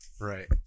Right